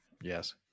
yes